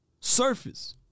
surface